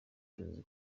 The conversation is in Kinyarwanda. tuzi